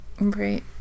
Right